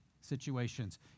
situations